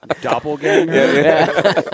Doppelganger